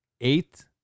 eight